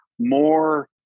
more